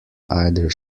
either